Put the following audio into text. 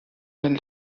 den